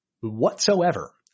Whatsoever